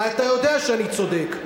אתה יודע שאני צודק.